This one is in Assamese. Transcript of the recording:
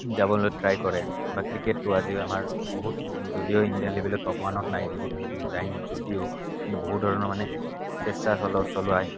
ডাবুলত ট্ৰাই কৰে বা ক্ৰিকেটটো আজি আমাৰ বহুত যদিও ইণ্ডিয়া লেভেলত টপ ওৱানত নাই যদিও নাই যদিও কিন্তু বহুত ধৰণৰ মানে চেষ্টা চলায়